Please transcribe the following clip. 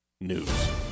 News